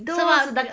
sebab